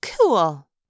Cool